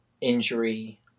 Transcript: injury